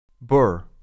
Bur